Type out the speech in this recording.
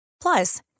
Plus